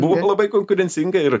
buvome labai konkurencinga ir